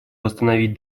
восстановить